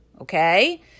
okay